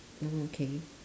no okay